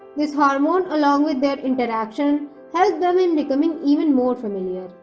this hormone along with their interactions helped them in becoming even more familiar.